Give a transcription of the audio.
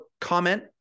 comment